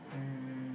um